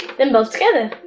them both together.